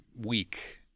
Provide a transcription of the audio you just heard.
week